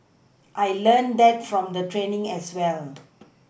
I learnt that from the training as well